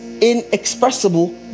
inexpressible